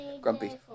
grumpy